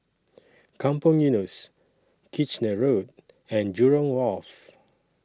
Kampong Eunos Kitchener Road and Jurong Wharf